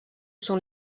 sont